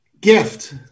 Gift